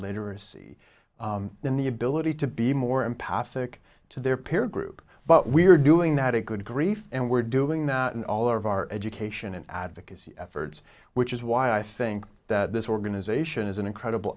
literacy than the ability to be more empathic to their peer group but we're doing that a good grief and we're doing that in all of our education and advocacy efforts which is why i think that this organization is an incredible